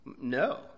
No